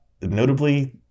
Notably